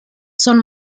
son